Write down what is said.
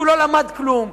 שהוא לא למד כלום,